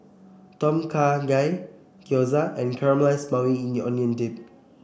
Tom Kha Gai Gyoza and Caramelized Maui Onion Dip